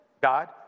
God